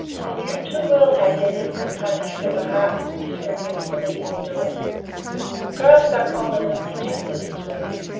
he knew too well how yetive could punish when her heart was bitter against an evil-doer. graustark honored and protected its women.